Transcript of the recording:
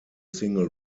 single